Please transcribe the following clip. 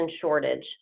shortage